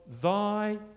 thy